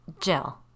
Jill